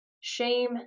shame